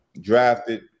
drafted